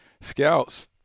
scouts